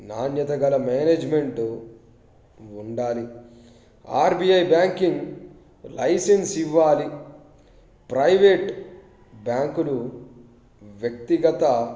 నాణ్యత గల మేనేజ్మెంట్ ఉండాలి ఆర్బీఐ బ్యాంకింగ్ లైసెన్స్ ఇవ్వాలి ప్రైవేట్ బ్యాంకులు వ్యక్తిగత